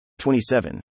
27